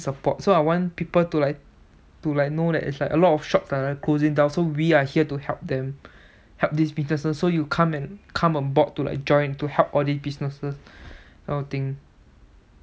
support so I want people to like to like know that it's like a lot of shops are like closing down so we are here to help them help these businesses so you come and come on board to like join to help all these businesses kind of thing